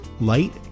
Light